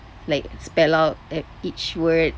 like spell out uh each word